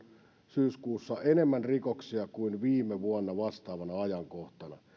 syyskuussa enemmän rikoksia kuin viime vuonna vastaavana ajankohtana